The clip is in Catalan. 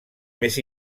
més